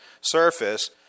surface